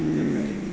ଆ